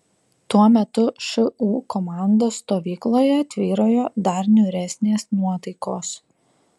tuo metu šu komandos stovykloje tvyrojo dar niūresnės nuotaikos